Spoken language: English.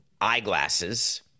eyeglasses